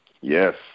Yes